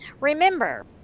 Remember